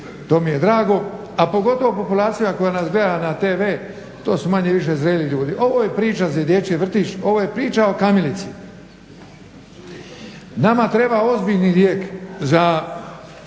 to mi je drago, a pogotovo populacija koja nas gleda na TV-u to su manje-više zreli ljudi. Ovo je priča za dječji vrtić, ovo je priča o kamilici. Nama treba ozbiljni lijek za